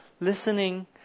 listening